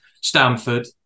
Stanford